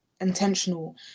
intentional